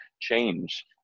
change